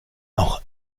auch